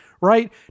right